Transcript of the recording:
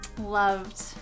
loved